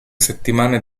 settimane